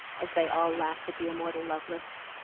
as they all laughed at the immortal lovelace.